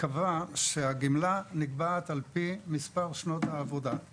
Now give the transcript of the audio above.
קבע כי הגמלה נקבעת על פי מספר שנות העבודה.